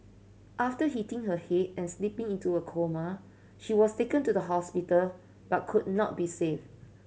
after hitting her head and slipping into a coma she was taken to the hospital but could not be saved